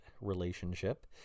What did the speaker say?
relationship